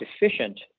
efficient